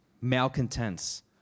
malcontents